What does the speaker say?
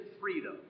freedom